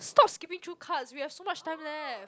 stop skipping through cards we have so much time left